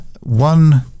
One